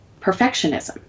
perfectionism